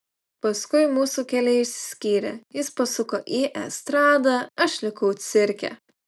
paskui mūsų keliai išsiskyrė jis pasuko į estradą aš likau cirke